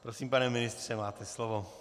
Prosím, pane ministře, máte slovo.